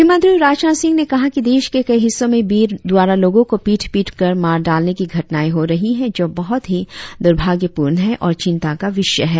गृहमंत्री राजनाथ सिंह ने कहा कि देश के कई हिस्सों में भीड़ द्वारा लोगों को पीट पीटकर मार डॉलने की घटनाएं हो रही हैं जो बहुत ही दुर्भाग्यपूर्ण है और चिंता का विषय है